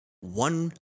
one